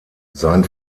sein